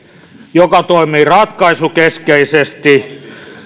joka toimii ratkaisukeskeisesti